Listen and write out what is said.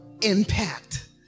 impact